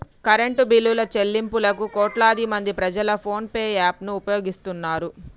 current బిల్లుల చెల్లింపులకు కోట్లాదిమంది ప్రజలు ఫోన్ పే యాప్ ను ఉపయోగిస్తున్నారు